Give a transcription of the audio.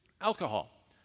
alcohol